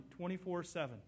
24-7